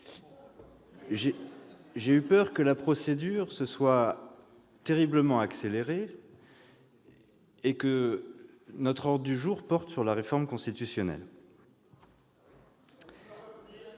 J'ai eu peur que la procédure ait terriblement accéléré et que notre ordre du jour porte sur la réforme constitutionnelle.